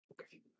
Okay